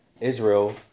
Israel